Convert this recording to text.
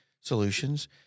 Solutions